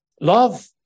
Love